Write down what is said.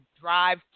drive